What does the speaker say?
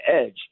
edge